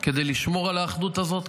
כדי לשמור על האחדות הזאת,